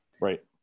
right